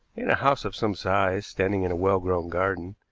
in a house of some size standing in a well-grown garden.